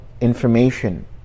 information